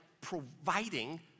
providing